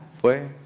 fue